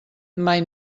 mai